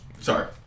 sorry